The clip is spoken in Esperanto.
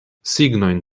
signojn